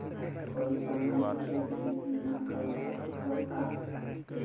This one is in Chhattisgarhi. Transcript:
कोई समान के भी बीमा कर सकथव का?